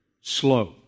slow